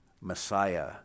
Messiah